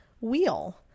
wheel